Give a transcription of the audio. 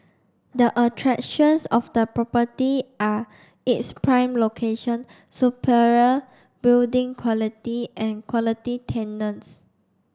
the attractions of the property are its prime location superior building quality and quality tenants